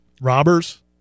robbers